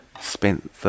spent